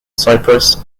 cyprus